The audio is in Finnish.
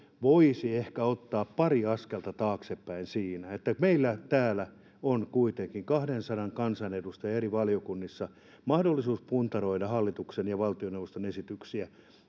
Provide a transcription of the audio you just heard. voisi ehkä ottaa pari askelta taaksepäin siinä meillä täällä on kuitenkin kahdellasadalla kansanedustajalla eri valiokunnissa mahdollisuus puntaroida hallituksen ja valtioneuvoston esityksiä